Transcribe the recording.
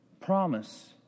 promise